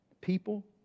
People